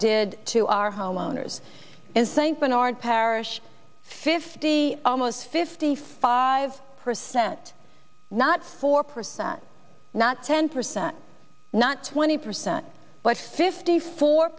did to our homeowners in st bernard parish fifty almost fifty five percent not four percent not ten percent not twenty percent but fifty four